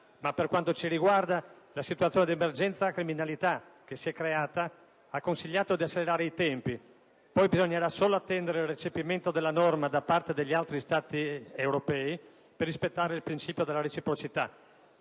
ma per quanto ci riguarda la situazione di emergenza criminalità che si è creata ha consigliato di accelerare i tempi; bisognerà poi solo attendere il recepimento della norma da parte degli altri Stati europei, per rispettare il principio della reciprocità.